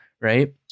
right